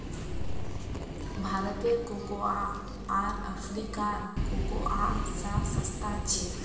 भारतेर कोकोआ आर अफ्रीकार कोकोआ स सस्ता छेक